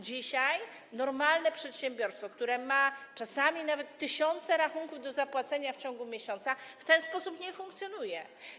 Dzisiaj normalne przedsiębiorstwo, które ma czasami nawet tysiące rachunków do zapłacenia w ciągu miesiąca, w ten sposób nie funkcjonuje.